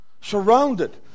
Surrounded